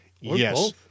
Yes